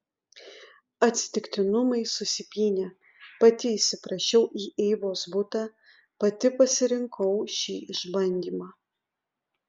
atsitiktinumai susipynė pati įsiprašiau į eivos butą pati pasirinkau šį išbandymą